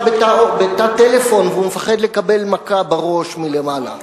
בתא טלפון והוא מפחד לקבל מכה בראש מלמעלה.